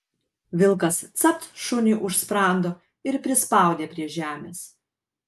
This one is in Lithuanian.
vilkas capt šuniui už sprando ir prispaudė prie žemės